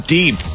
deep